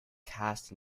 cast